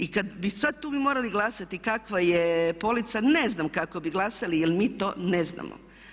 I kad bi sad tu morali glasati kakva je polica ne znam kako bi glasali jer mi to ne znamo.